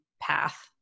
path